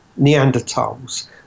Neanderthals